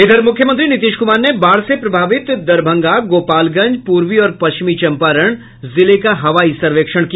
इधर मुख्यमंत्री नीतीश क्मार ने बाढ़ से प्रभावित दरभंगा गोपालगंज पूर्वी और पश्चिम चम्पारण जिले का हवाई सर्वेक्षण किया